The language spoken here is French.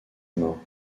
mort